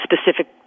specific